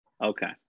Okay